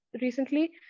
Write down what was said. recently